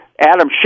Adam